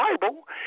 Bible